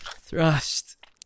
thrust